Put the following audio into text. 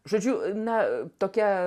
žodžiu na tokia